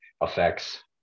affects